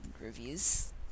reviews